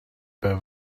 per